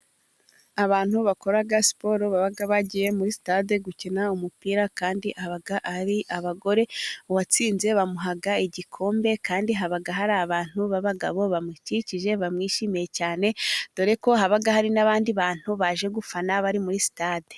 Abantu bakora siporo baba bagiye muri sitade gukina umupira, kandi baba ari abagore, uwatsinze bamuha igikombe, kandi haba hari abantu b'abagabo bamukikije bamwishimiye cyane, dore ko haba hari n'abandi bantu baje gufana bari muri sitade.